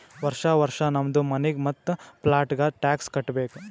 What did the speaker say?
ವರ್ಷಾ ವರ್ಷಾ ನಮ್ದು ಮನಿಗ್ ಮತ್ತ ಪ್ಲಾಟ್ಗ ಟ್ಯಾಕ್ಸ್ ಕಟ್ಟಬೇಕ್